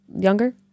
younger